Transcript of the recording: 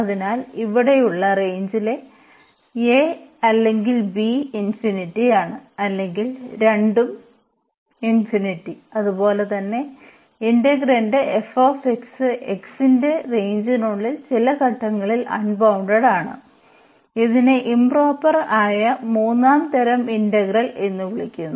അതിനാൽ ഇവിടെയുള്ള റേഞ്ച്ലെ a അല്ലെങ്കിൽ b ∞ ആണ് അല്ലെങ്കിൽ രണ്ടും അതുപോലെതന്നെ ഇന്റഗ്രാൻറ് f x ന്റെ റേഞ്ച്നുള്ളിൽ ചില ഘട്ടങ്ങളിൽ അൺബൌണ്ടഡ് ആണ് ഇതിനെ ഇംപ്റോപർ ആയ മൂന്നാo തരം ഇന്റഗ്രൽ എന്ന് വിളിക്കുന്നു